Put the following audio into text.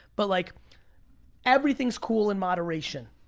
but like everything's cool in moderation,